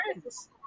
friends